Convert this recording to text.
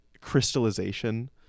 crystallization